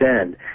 end